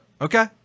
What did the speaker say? Okay